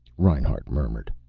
reinhart murmured.